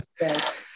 yes